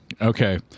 Okay